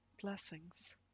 blessings